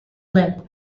lip